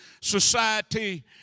society